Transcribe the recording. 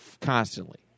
constantly